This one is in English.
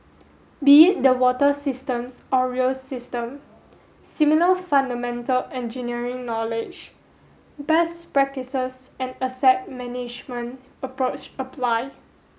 be it the water systems or rail system similar fundamental engineering knowledge best practices and asset management approach apply